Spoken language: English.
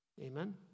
Amen